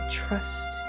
trust